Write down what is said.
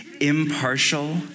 Impartial